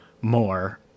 more